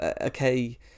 okay